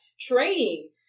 training